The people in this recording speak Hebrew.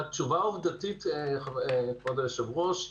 כבוד היושב-ראש,